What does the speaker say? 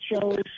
shows